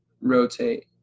rotate